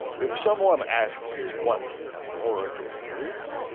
if someone asked you what an oracle is,